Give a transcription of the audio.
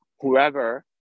whoever